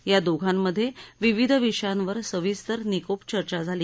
या दोघांमधे विविध विषयांवर सविस्तर निकोप चर्चा झाली